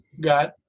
got